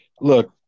look